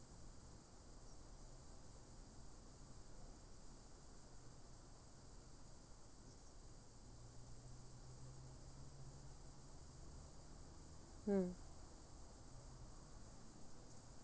mm